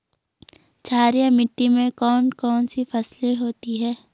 क्षारीय मिट्टी में कौन कौन सी फसलें होती हैं?